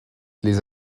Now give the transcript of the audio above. les